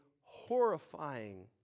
horrifying